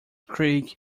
creek